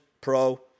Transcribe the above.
pro